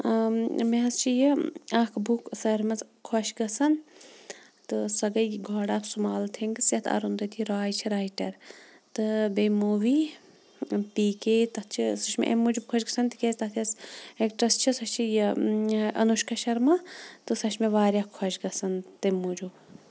مےٚ حظ چھِ یہِ اَکھ بُک ساروی منٛز خۄش گژھان تہٕ سۄ گٔے گاڈ آف سٕمال تھِنٛگٕز یَتھ اَروٗندٔتی راے چھےٚ رایٹَر تہٕ بیٚیہِ موٗوی پی کے تَتھ چھِ سُہ چھِ مےٚ امہِ موٗجوٗب خۄش گژھان تِکیٛازِ تَتھ یۄس اٮ۪کٹرٛس چھِ سۄ چھِ یہِ اَنوٗشکا شرما تہٕ سۄ چھِ مےٚ واریاہ خۄش گژھان تمہِ موٗجوٗب